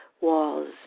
walls